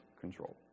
control